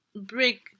break